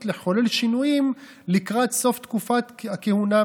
לחולל שינויים לקראת סוף תקופת הכהונה,